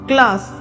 Class